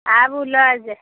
आबू लऽ ज